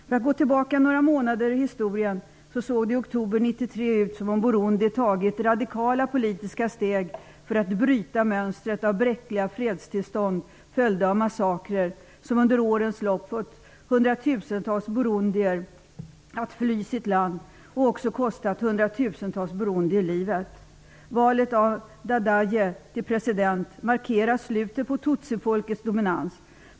För att gå tillbaka några månader i historien såg det i oktober 1993 ut som om Burundi tagit radikala politiska steg för att bryta mönstret av bräckliga fredstillstånd följda av massakrer, som under årens lopp fått hundratusentals burundier att fly sitt land och också kostat hundratusentals burundier livet. Valet av Dadaye till president markerade slutet på tutsifolkets dominans.